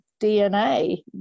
dna